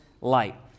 light